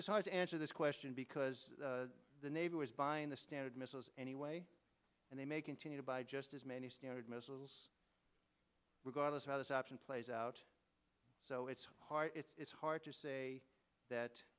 it's hard to answer this question because the navy was buying the standard missiles anyway and they may continue to buy just as many missiles regardless how this option plays out so it's hard it's hard to say that